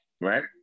Right